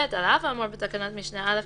על אף האמור בתקנת משנה (א),